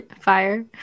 Fire